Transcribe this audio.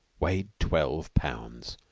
weighed twelve pounds,